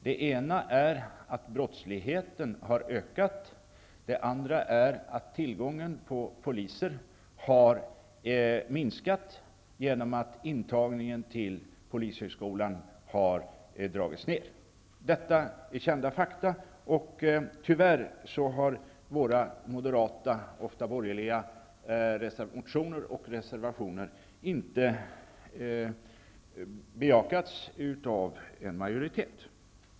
Det ena är att brottsligheten har ökat. Det andra är att tillgången på poliser har minskat genom att intagningen till polishögskolan har dragits ned. Detta är kända fakta. Tyvärr har våra borgerliga, ofta moderata, motioner och reservationer inte bejakats av en majoritet.